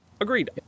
Agreed